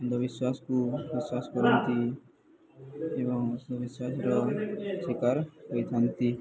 ଅନ୍ଧବିଶ୍ୱାସକୁ ବିଶ୍ୱାସ କରନ୍ତି ଏବଂ ଅନ୍ଧବିଶ୍ୱାସର ଶିକାର ହୋଇଥାନ୍ତି